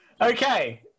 Okay